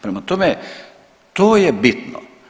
Prema tome, to je bitno.